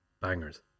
bangers